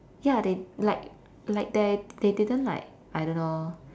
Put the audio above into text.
ya they like like there they didn't like I don't know